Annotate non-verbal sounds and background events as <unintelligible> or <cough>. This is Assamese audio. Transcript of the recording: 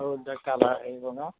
<unintelligible>